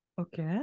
Okay